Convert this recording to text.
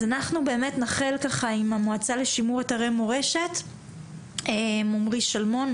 אז אנחנו באמת נחל עם המועצה לשימור אתרי מורשת עם עומרי שלמון,